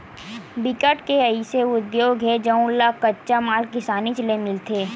बिकट के अइसे उद्योग हे जउन ल कच्चा माल किसानीच ले मिलथे